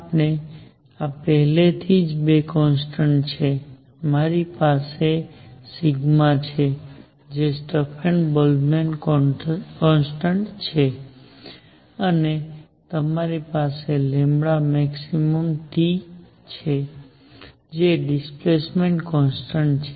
મારી પાસે પહેલેથી જ બે કોન્સ્ટન્ટ છે મારી પાસે છે જે સ્ટેફન બોલ્ટ્ઝમેન કોન્સટન્ટ છે અને તમારી પાસે maxT છે જે ડિસપ્લેસમેન્ટ કોન્સ્ટન્ટ છે